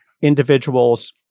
individuals